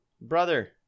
brother